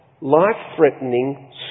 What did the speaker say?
life-threatening